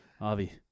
Avi